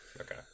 Okay